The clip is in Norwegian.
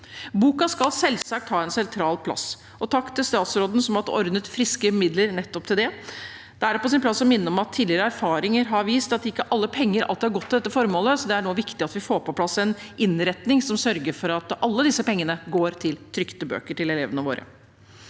Boken skal selvsagt ha en sentral plass, og takk til statsråden som har ordnet friske midler til nettopp det. Da er det på sin plass å minne om at tidligere erfaringer har vist at ikke alle penger alltid har gått til formålet, så det er viktig at vi får på plass en innretning som sørger for at alle disse pengene går til trykte bøker til elevene våre.